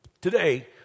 Today